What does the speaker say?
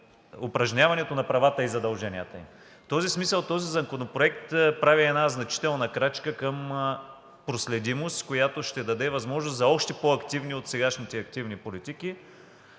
упражняването на правата и задълженията им. В този смисъл този законопроект прави една значителна крачка към проследимост, която ще даде възможност за още по-активни от сегашните активни политики.